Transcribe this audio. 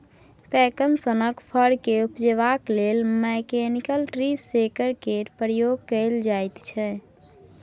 पैकन सनक फर केँ उपजेबाक लेल मैकनिकल ट्री शेकर केर प्रयोग कएल जाइत छै